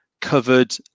covered